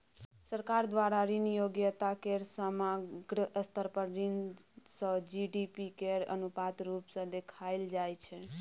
सरकार द्वारा ऋण योग्यता केर समग्र स्तर पर ऋण सँ जी.डी.पी केर अनुपात रुप सँ देखाएल जाइ छै